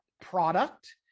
product